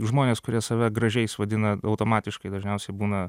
žmonės kurie save gražiais vadina automatiškai dažniausiai būna